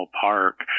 park